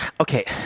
Okay